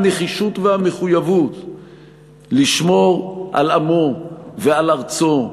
הנחישות והמחויבות לשמור על עמו ועל ארצו,